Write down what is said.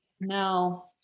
No